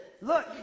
look